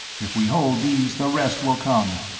if we hold these the rest will come.